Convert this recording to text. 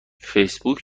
فیسبوک